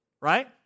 right